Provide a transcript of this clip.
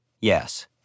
Yes